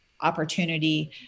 opportunity